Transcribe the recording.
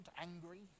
angry